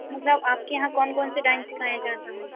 मतलब आपके यहाँ कौन कौन से डांस सिखाया जाता है